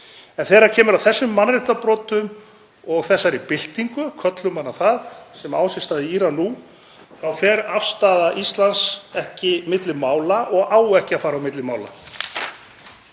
en þegar kemur að þessum mannréttindabrotum og þessari byltingu, köllum hana það, það sem á sér stað í Íran nú, þá fer afstaða Íslands ekki milli mála og á ekki að fara á milli mála.